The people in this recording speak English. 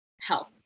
health